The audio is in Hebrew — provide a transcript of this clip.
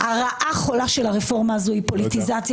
הרעה חולה של הרפורמה הזו היא פוליטיזציה